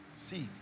See